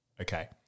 Okay